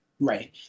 Right